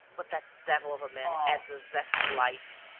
but that devil of a man adds a zest to life,